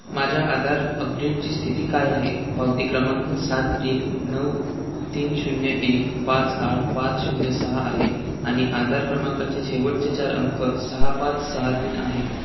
माझ्या आधार अपडेटची स्थिती काय आहे पावती क्रमांक सात तीन नऊ तीन शून्य एक पाच आठ पाच शून्य सहा आहे आणि आधार क्रमांकाचे शेवटचे चार अंक सहा पाच सहा तीन आहे